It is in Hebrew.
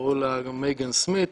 קראו לה מייגן סמית'